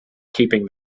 keeping